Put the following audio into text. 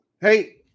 Hey